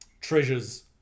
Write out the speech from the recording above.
treasures